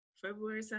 February